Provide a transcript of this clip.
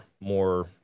more